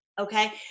okay